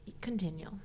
continue